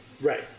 Right